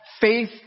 faith